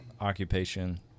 occupation